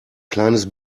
kleines